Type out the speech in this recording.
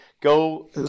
go